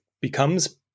becomes